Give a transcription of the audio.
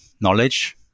knowledge